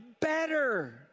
better